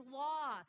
law